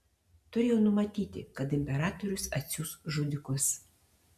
turėjau numatyti kad imperatorius atsiųs žudikus